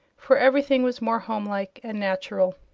for everything was more homelike and natural.